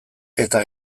eta